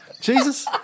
Jesus